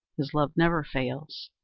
his love never fails.